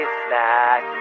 snack